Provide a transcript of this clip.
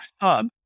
hub